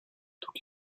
toutes